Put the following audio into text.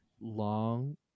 long